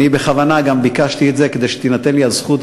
אני בכוונה ביקשתי את זה כדי שתינתן לי הזכות,